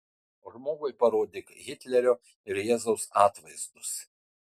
o žmogui parodyk hitlerio ir jėzaus atvaizdus